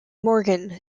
morgan